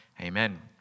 Amen